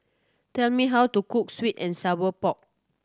tell me how to cook sweet and sour pork